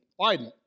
biden